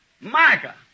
Micah